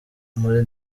muri